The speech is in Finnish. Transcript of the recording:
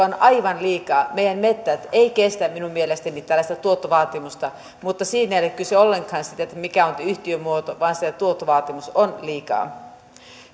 on aivan liikaa meidän metsät eivät kestä minun mielestäni tällaista tuottovaatimusta mutta siinä ei ole kyse ollenkaan siitä mikä on yhtiömuoto vaan siitä että tuottovaatimus on liikaa